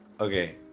Okay